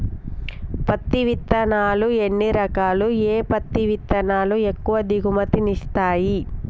పత్తి విత్తనాలు ఎన్ని రకాలు, ఏ పత్తి విత్తనాలు ఎక్కువ దిగుమతి ని ఇస్తాయి?